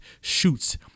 shoots